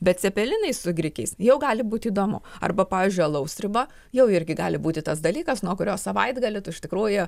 bet cepelinai su grikiais jau gali būt įdomu arba pavyzdžiui alaus sriuba jau irgi gali būti tas dalykas nuo kurio savaitgalį tu iš tikrųjų